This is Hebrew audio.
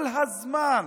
כל הזמן,